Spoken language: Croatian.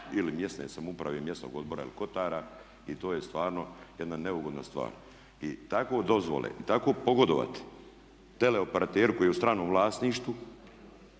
ili mjesne samouprave i mjesnog odbora ili kotara. I to je stvarno jedna neugodna stvar. I tako dozvole, tako pogodovati tele operateru koji je u stranom vlasništvu